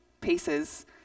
pieces